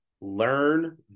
Learn